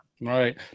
Right